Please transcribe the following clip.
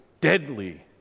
deadly